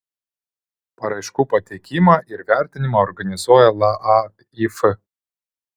paraiškų pateikimą ir vertinimą organizuoja laaif